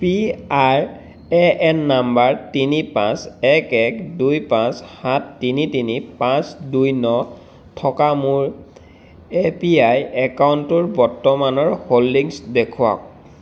P R A N number তিনি পাঁচ এক এক দুই পাঁচ সাত তিনি তিনি পাঁচ দুই ন থকা মোৰ এ পি ই একাউণ্টটোৰ বৰ্তমানৰ হোল্ডিংছ দেখুৱাওক